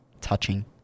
touching